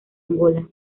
angola